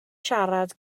siarad